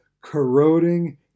corroding